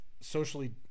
socially